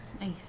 Nice